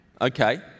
Okay